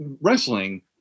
wrestling